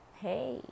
Hey